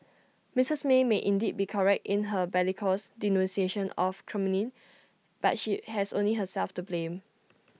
Mrs may might indeed be correct in her bellicose denunciation of Kremlin but she has only herself to blame